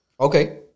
Okay